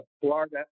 Florida